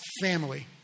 family